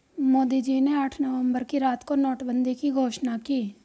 मोदी जी ने आठ नवंबर की रात को नोटबंदी की घोषणा की